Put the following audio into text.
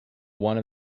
one